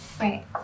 Right